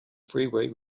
freeway